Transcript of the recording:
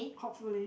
hopefully